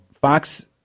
Fox